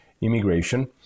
immigration